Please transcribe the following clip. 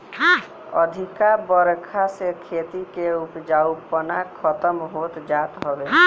अधिका बरखा से खेती के उपजाऊपना खतम होत जात हवे